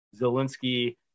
Zelensky